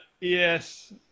yes